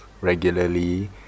regularly